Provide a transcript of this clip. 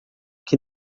que